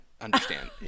understand